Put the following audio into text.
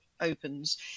opens